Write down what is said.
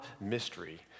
mystery